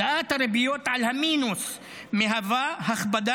העלאת הריביות על המינוס מהווה הכבדה